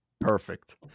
Perfect